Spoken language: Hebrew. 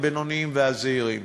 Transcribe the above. הבינוניים והזעירים.